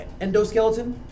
endoskeleton